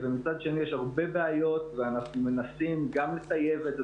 ומצד שני יש הרבה בעיות ואנחנו מנסים גם לטייב את זה